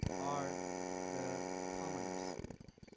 are the commoners midwives.